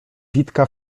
witka